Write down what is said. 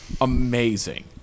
Amazing